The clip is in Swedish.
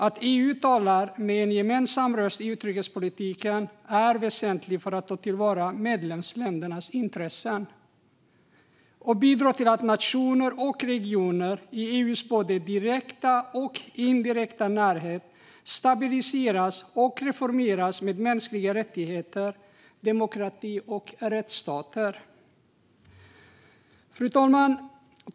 Att EU talar med en gemensam röst i utrikespolitiken är väsentligt för att ta till vara medlemsländernas intressen och bidrar till att nationer och regioner i EU:s både direkta och indirekta närhet stabiliseras och reformeras vad gäller mänskliga rättigheter, demokrati och rättsstatens principer. Fru talman!